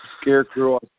scarecrow